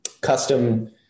custom